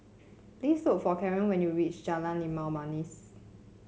please look for Caren when you reach Jalan Limau Manis